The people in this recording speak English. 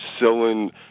selling